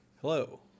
Hello